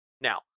now